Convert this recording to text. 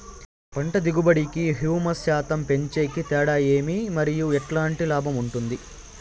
పంట దిగుబడి కి, హ్యూమస్ శాతం పెంచేకి తేడా ఏమి? మరియు ఎట్లాంటి లాభం ఉంటుంది?